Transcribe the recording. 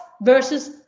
versus